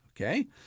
okay